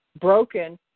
broken